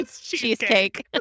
Cheesecake